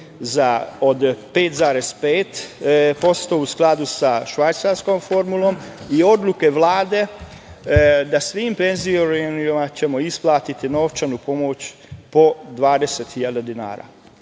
od 5,5% u skladu sa švajcarskom formulom i odluke Vlade da svim penzionerima ćemo isplatiti novčanu pomoć po 20 hiljada dinara.